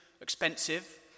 expensive